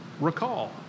Recall